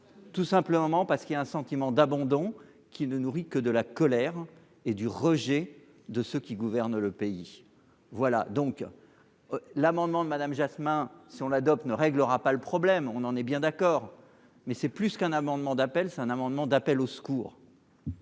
tout simplement parce qu'il y a un sentiment d'abandon qui ne nourrit que de la colère et du rejet de ceux qui gouvernent le pays, voilà donc l'amendement de Madame Jasmin, si on l'adopte ne réglera pas le problème, on en est bien d'accord, mais c'est plus qu'un amendement d'appel, c'est un amendement d'appel au secours.